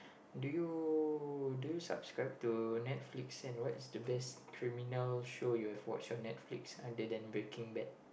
do you so you subscribe to netflix and what is the best criminal show you have watched on netflix other than Breaking Bad